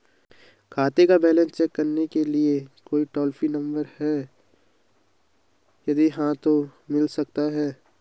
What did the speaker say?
खाते का balance check करने के लिए कोई टॉल फ्री नम्बर भी है यदि हाँ तो मिल सकता है?